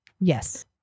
Yes